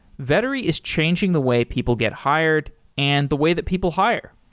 vettery is changing the way people get hired and the way that people hire.